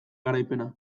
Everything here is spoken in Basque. garaipena